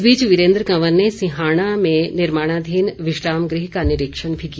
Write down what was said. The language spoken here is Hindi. इस बीच वीरेन्द्र कंवर ने सिंहाणा में निर्माणाधीन विश्राम गृह का निरीक्षण भी किया